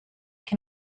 can